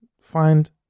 find